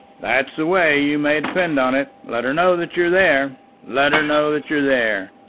that's the way, you may depend on it. let her know that you're there let her know that you're there.